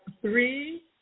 three